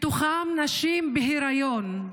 מהם נשים בהריון.